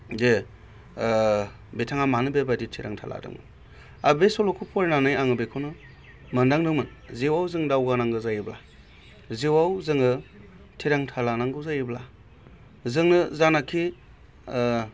जे बिथाङा मानो बेबादि थिरांथा लादोंमोन बे सल'खौ फरायनानै आङो बेखौनो मोनदांदोंमोन जिउआव जोङो दावगानांगौ जायोब्ला जिउआव जोङो थिरांथा लानांगौ जायोब्ला जोंनो जानाखि